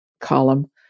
column